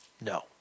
no